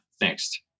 next